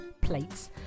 plates